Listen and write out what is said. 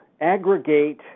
aggregate